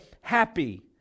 happy